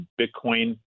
Bitcoin